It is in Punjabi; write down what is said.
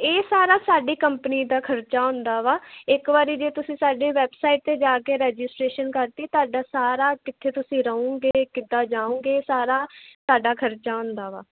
ਇਹ ਸਾਰਾ ਸਾਡੇ ਕੰਪਨੀ ਦਾ ਖਰਚਾ ਹੁੰਦਾ ਵਾ ਇੱਕ ਵਾਰੀ ਜੇ ਤੁਸੀਂ ਸਾਡੇ ਵੈਬਸਾਈਟ 'ਤੇ ਜਾ ਕੇ ਰਜਿਸਟਰੇਸ਼ਨ ਕਰਤੀ ਤੁਹਾਡਾ ਸਾਰਾ ਕਿੱਥੇ ਤੁਸੀਂ ਰਹੋਗੇ ਕਿੱਦਾਂ ਜਾਓਗੇ ਸਾਰਾ ਤੁਹਾਡਾ ਖਰਚਾ ਹੁੰਦਾ ਵਾ